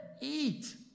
eat